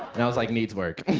and i was like, needs work.